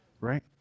right